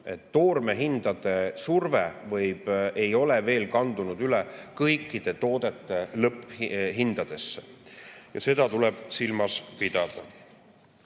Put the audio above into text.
Toormehindade surve ei ole veel [mõjunud] kõikide toodete lõpphindadele. Ja seda tuleb silmas pidada.